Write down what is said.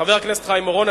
חבר הכנסת חיים אורון,